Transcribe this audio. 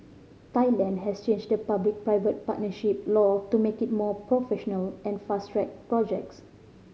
Thailand has changed the public private partnership law to make it more professional and fast track projects